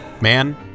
Man